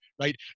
right